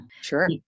Sure